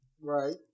Right